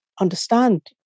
understand